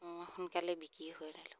মই সোনকালে বিকি হৈ নালোঁ